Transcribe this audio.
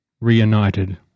reunited